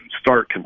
start